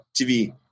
TV